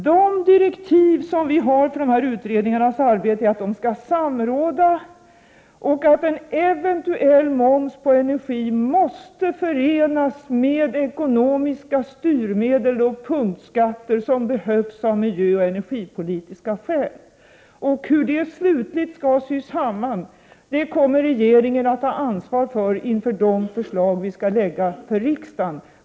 De direktiv som vi har beträffande utredningarnas arbete går ut på att de skall samråda och att en eventuell moms på energi måste förenas med ekonomiska styrmedel och punktskatter, som behövs av miljöoch energipolitiska skäl. Hur detta slutligt skall sys samman kommer regeringen att ta ansvar för när det är dags att lägga fram förslag för riksdagen.